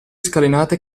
scalinate